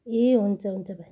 ए हुन्छ हुन्छ